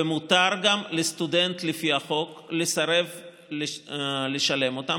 ומותר גם לסטודנט לפי החוק לסרב לשלם אותם